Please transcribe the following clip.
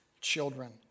children